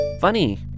Funny